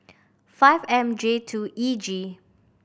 five M J two E G